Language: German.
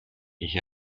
ich